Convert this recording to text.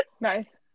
nice